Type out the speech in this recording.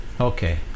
Okay